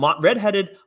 redheaded